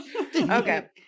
Okay